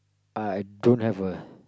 I don't have a